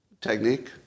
technique